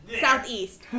southeast